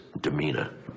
demeanor